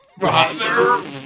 Father